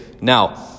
Now